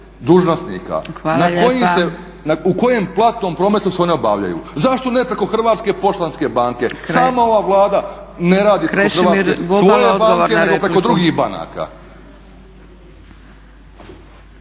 Boro (HDSSB)** U kojem platnom prometu se one obavljaju? Zašto ne preko Hrvatske poštanske banke? Sama ova Vlada ne radi … svoje banke nego preko drugih banaka.